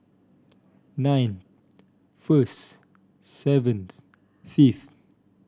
ninth first seventh fifth